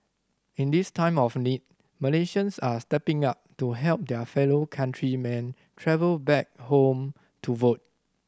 in this time of need Malaysians are stepping up to help their fellow countrymen travel back home to vote